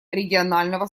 регионального